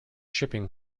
shipping